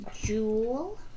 Jewel